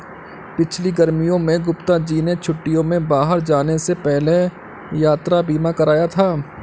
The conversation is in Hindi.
पिछली गर्मियों में गुप्ता जी ने छुट्टियों में बाहर जाने से पहले यात्रा बीमा कराया था